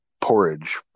Porridge